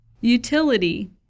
Utility